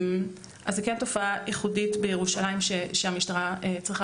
זו כן תופעה ייחודית בירושלים שהמשטרה צריכה